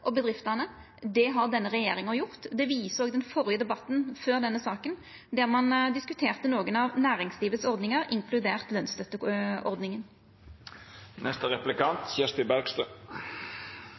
og bedriftene. Det har denne regjeringa gjort. Det viste òg den førre debatten her i dag, der ein diskuterte nokre av ordningane for næringslivet, inkludert